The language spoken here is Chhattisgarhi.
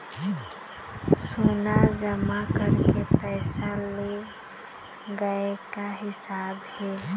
सोना जमा करके पैसा ले गए का हिसाब हे?